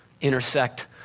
intersect